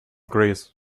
chris